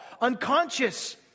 unconscious